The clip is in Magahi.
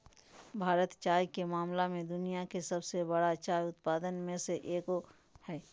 भारत चाय के मामला में दुनिया के सबसे बरा चाय उत्पादक में से एगो हइ